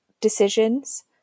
decisions